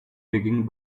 digging